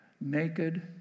naked